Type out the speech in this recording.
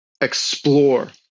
explore